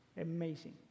amazing